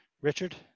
Richard